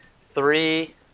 three